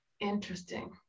Interesting